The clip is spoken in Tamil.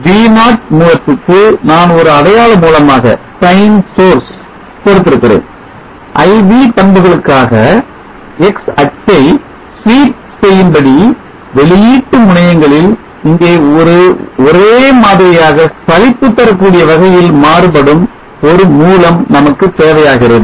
V0 மூலத்துக்கு நான் ஒரு அடையாள மூலமாக கொடுத்திருக்கிறேன் I V பண்புகளுக்காக X அச்சை ஸ்வீப் செய்யும்படி வெளியீட்டு முனையங்களில் இங்கே ஒரு ஒரே மாதிரியாக சலிப்பு தரக்கூடிய வகையில் மாறுபடும் ஒரு மூலம் நமக்கு தேவையாகிறது